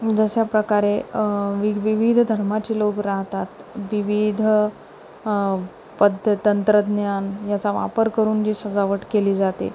जशाप्रकारे वि विविध धर्माचे लोक राहतात विविध पद्द तंत्रज्ञान याचा वापर करून जी सजावट केली जाते